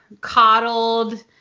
coddled